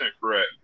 correct